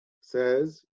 says